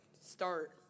start